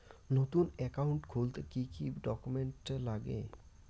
নতুন একাউন্ট খুলতে কি কি ডকুমেন্ট লাগে?